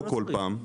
לא כל פעם.